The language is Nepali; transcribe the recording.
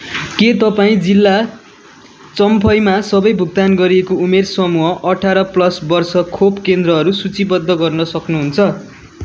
के तपाईँँ जिल्ला चम्फईमा सबै भुक्तान गरिएको उमेर समूह अठाह्र प्लस वर्ष खोप केन्द्रहरू सूचीबद्ध गर्न सक्नुहुन्छ